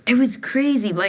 and was crazy. like